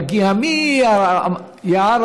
מגיע מיערה,